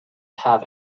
have